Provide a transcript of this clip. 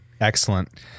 Excellent